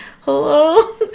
hello